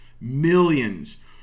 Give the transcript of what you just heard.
millions